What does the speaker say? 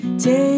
Take